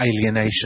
alienation